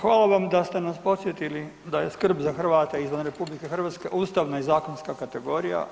Hvala vam da ste nas podsjetili da je skrb za Hrvate izvan RH ustavna i zakonska kategorija.